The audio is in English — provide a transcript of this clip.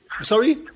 Sorry